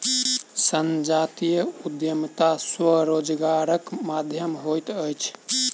संजातीय उद्यमिता स्वरोजगारक माध्यम होइत अछि